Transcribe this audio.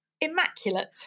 immaculate